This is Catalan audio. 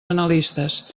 analistes